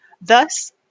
thus